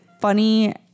funny